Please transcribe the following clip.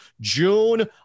June